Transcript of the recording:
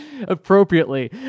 appropriately